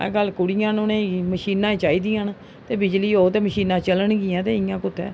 अज्जकल कुड़ियां न उ'नेंगी मशीनां चाहि्दियां ते बिजली होग ते मशीनां चलनगियां ते इ'यां कुत्थैं